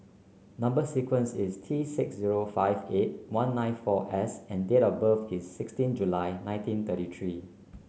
number sequence is T six zero five eight one nine four S and date of birth is sixteen July nineteen thirty three